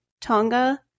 Tonga